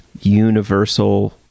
universal